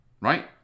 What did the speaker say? Right